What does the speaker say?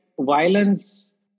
violence